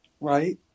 Right